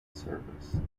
service